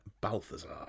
Balthazar